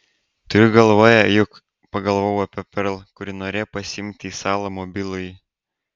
turiu galvoje juk pagalvojau apie perl kuri norėjo pasiimti į salą mobilųjį